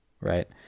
right